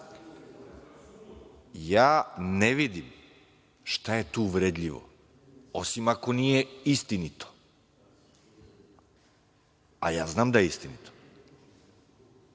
Ne vidim šta je tu uvredljivo, osim ako nije istinito, a znam da je istinitu. Tako